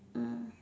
mm